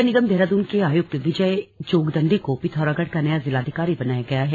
नगर निगम देहरादून के आयुक्त विजय जोगदंडे को पिथौरागढ़ का नया जिलाधिकारी बनाया गया है